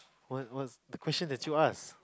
what's what's the question that you ask